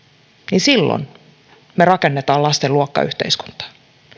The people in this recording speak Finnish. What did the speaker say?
niin silloin me rakennamme lasten luokkayhteiskuntaa